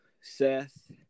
Seth